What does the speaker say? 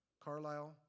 Carlisle